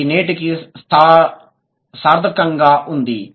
ఇది నేటికీ సార్ధకంగా ఉంది